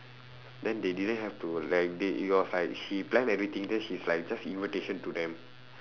then they didn't have to like they it was like she plan everything then she's like just invitation to them